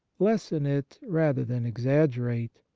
lessen it rather than exaggerate,